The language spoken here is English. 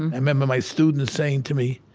and i remember my students saying to me,